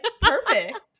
perfect